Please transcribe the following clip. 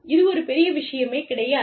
இது ஒரு பெரிய விஷயமே கிடையாது